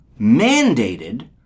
mandated